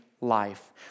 life